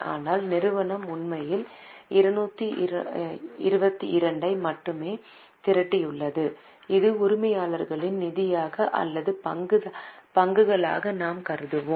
ஆனால் நிறுவனம் உண்மையில் 222 ஐ மட்டுமே திரட்டியுள்ளது இது உரிமையாளர்களின் நிதியாக அல்லது பங்குகளாக நாம் கருதுவோம்